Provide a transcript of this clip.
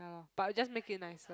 ya but it'll just make it nicer